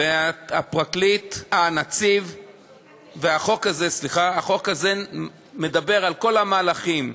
החוק הזה מדבר על כל המהלכים.